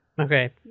Okay